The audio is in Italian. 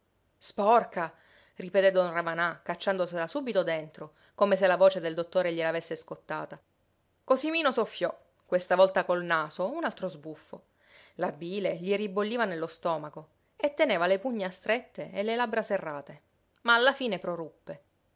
sporca sporca ripeté don ravanà cacciandosela subito dentro come se la voce del dottore gliel'avesse scottata cosimino soffiò questa volta col naso un altro sbuffo la bile gli ribolliva nello stomaco e teneva le pugna strette e le labbra serrate ma alla fine proruppe